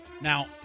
Now